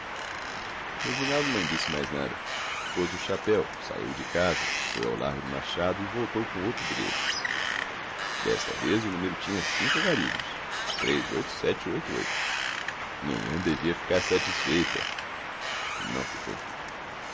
reginaldo não disse mais nada pôs o chapéu saiu de casa foi ao largo do machado e voltou com outro bilhete desta vez o número tinha cinco maridos três oito sete e oito oito nhanhã devia ficar satisfeita não ficou